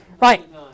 Right